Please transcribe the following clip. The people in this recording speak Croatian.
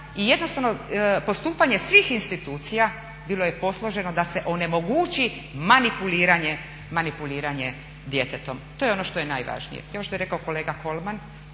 i jednostavno postupanje svih institucija bilo je posloženo da se onemogući manipuliranje djetetom. To je ono što je najvažnije. I ovo što je rekao kolega Kolman